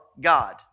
God